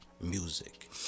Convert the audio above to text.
music